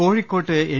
കോഴിക്കോട്ട് എൻ